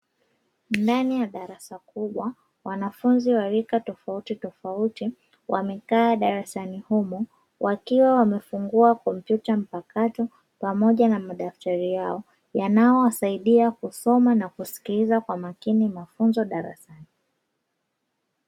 Ndani ya darasa kubwa wanafunzi wa rika tofautitofauti wamekaa darasani humo, wakiwa wamefungua kompyuta mpakato pamoja na madaftari yao yanayowasaidia kusoma na kusikiliza kwa makini mafunzo darasani.